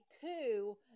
coup